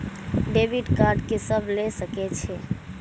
Debit card के सब ले सके छै?